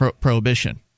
Prohibition